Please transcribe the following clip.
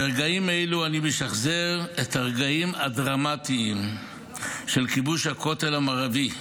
ברגעים אלו אני משחזר את הרגעים הדרמטיים של כיבוש הכותל המערבי,